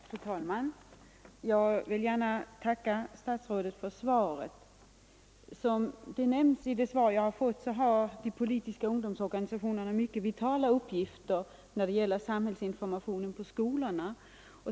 Fru talman! Jag vill gärna tacka statsrådet för svaret. Som nämns i svaret har de politiska ungdomsorganisationerna mycket vitala uppgifter när det gäller samhällsinformationen i skolorna.